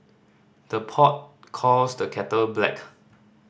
the pot calls the kettle black